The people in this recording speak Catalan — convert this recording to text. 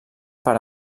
per